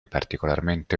particolarmente